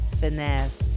Finesse